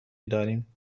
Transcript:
داریم